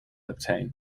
obtain